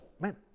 man